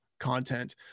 content